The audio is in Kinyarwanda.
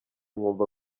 nkumva